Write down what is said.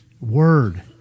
word